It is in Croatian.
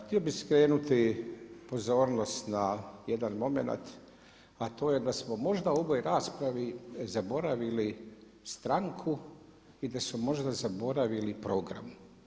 Htio bi skrenuti pozornost na jedan momenat, a to je da smo možda u ovoj raspravi zaboravili stranku i da su možda zaboravili program.